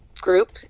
group